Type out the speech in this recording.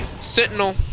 Sentinel